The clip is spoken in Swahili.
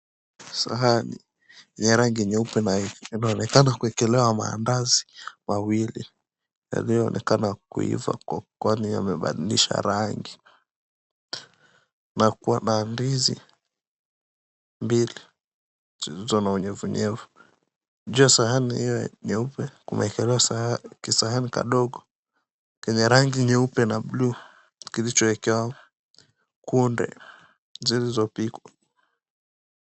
Sahani yenye rangi nyeupe inaonekana kuekelewa mandazi mawili yanayoonekana kuiva kwani yamebadilisha rangi na kuna ndizi mbili zilizo na unyevunyevu. Juu ya sahani hiyo nyeupe kumewekelewa kisahani kadogo kenye rangi nyeupe na bluu kilichoekewa kunde zilizopikwa.